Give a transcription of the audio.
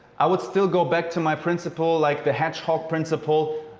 i would still go back to my principle like the hedgehog principle.